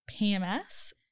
PMS